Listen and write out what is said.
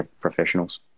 professionals